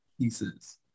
pieces